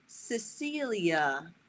Cecilia